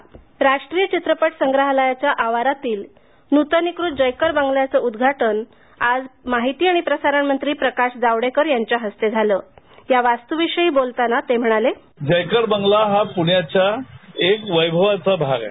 जयकर बंगला राष्ट्रीय चित्रपट संग्रहालयाच्या आवारातील नूतनीकृत जयकर बंगल्याचं उद्घाटन आज माहिती आणि प्रसारणमंत्री प्रकाश जावडेकर यांच्या हस्ते झालं यावास्तूविषयी बोलताना ते म्हणाले जयकर बंगला हा पुण्याचा एक वैभवाचा भाग आहे